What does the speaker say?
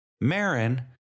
Marin